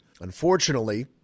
Unfortunately